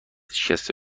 شکسته